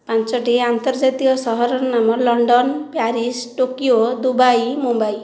ପାଞ୍ଚୋଟି ଆନ୍ତର୍ଜାତୀୟ ସହରର ନାମ London Paris Tokyo Dubai Mumbai